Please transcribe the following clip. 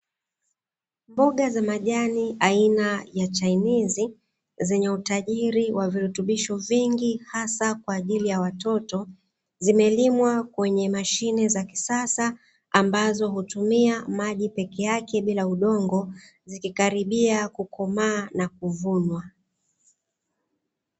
Mboga za majani aina ya chainizi zenye utajiri wa virutubisho vingi, hasa kwa ajili ya watoto, zimelimwa kwenye mashine za kisasa ambazo hutumia maji peke yake bila udongo, zikikaribia kukomaa na kuvunwa.